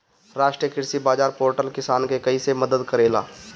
राष्ट्रीय कृषि बाजार पोर्टल किसान के कइसे मदद करेला?